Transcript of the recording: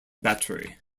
battery